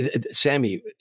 Sammy